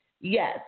yes